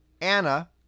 Anna